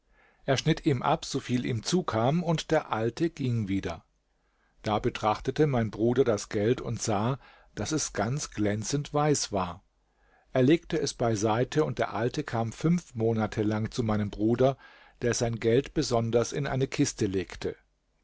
er schnitt ihm ab soviel ihm zukam und der alte ging wieder da betrachtete mein bruder das geld und sah daß es ganz glänzend weiß war er legte es beiseite und der alte kam fünf monate lang zu meinem bruder der sein geld besonders in eine kiste legte